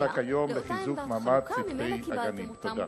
גם לגננות העומדות בקריטריונים כמו המורות?